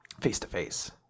face-to-face